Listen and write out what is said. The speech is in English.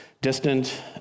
distant